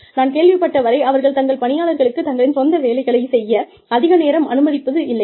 நான் கேள்விப்பட்ட வரை அவர்கள் தங்கள் பணியாளர்களுக்கு தங்களின் சொந்த வேலைகளை செய்ய அதிக நேரம் அனுமதிப்பதில்லையாம்